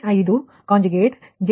05 conjugate j0